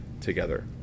together